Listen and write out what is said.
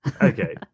Okay